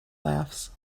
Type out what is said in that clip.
laughs